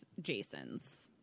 jason's